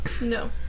No